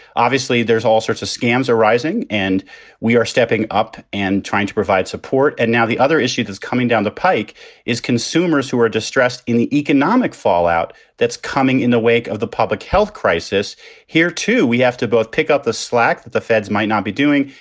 obviously, there's all sorts of scams arising and we are stepping up and trying to provide support. and now the other issue is coming down the pike is consumers who are distressed in the economic fallout that's coming in the wake of the public health crisis here, too. we have to both pick up the slack that the feds might not be doing.